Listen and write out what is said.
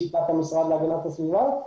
לשיטת המשרד להגנת הסביבה,